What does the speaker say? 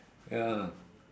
ya